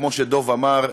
כמו שדב אמר,